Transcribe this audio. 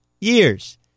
years